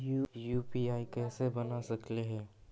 UPI कैसे बना सकली हे?